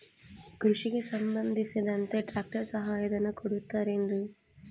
ಕೃಷಿಗೆ ಸಂಬಂಧಿಸಿದಂತೆ ಟ್ರ್ಯಾಕ್ಟರ್ ಸಹಾಯಧನ ಕೊಡುತ್ತಾರೆ ಏನ್ರಿ?